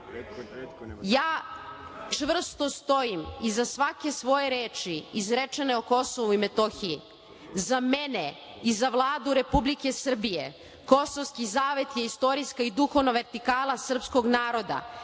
čvrsto stojim iza svake svoje reči izrečene o Kosovu i Metohiji. Za mene i za Vladu Republike Srbije kosovski savet je istorijska i duhovna vertikala srpskog naroda.